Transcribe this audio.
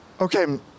okay